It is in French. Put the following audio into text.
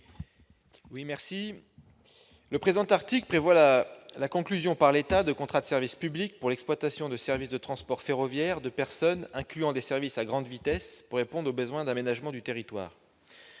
Gontard. Le présent article prévoit la conclusion, par l'État, de contrats de service public pour l'exploitation de services de transport ferroviaire de personnes incluant des services à grande vitesse, pour répondre aux besoins d'aménagement du territoire.